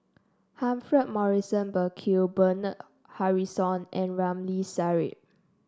Humphrey Morrison Burkill Bernard Harrison and Ramli Sarip